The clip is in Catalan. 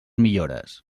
millores